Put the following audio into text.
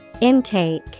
Intake